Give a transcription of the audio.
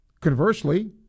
Conversely